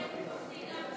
איזה רעש?